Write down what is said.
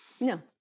No